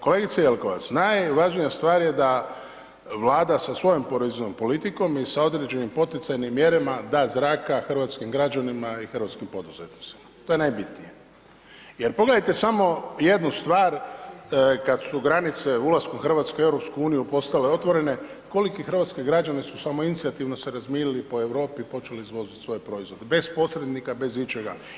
Kolegice Jelkovac, najvažnija stvar je da Vlada sa svojom poreznom politikom i sa određenim poticajnim mjerama da zraka hrvatskim građanima i hrvatskim poduzetnicima, to je najbitnije jer pogledajte samo jednu stvar kad su granice ulaskom Hrvatske u EU postale otvorene, koliki hrvatski građani su samoinicijativno se razmirili po Europi i počeli izvoziti svoje proizvode bez posrednika, bez ičega.